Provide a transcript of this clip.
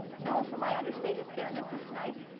known for my understated fairness, that's nice,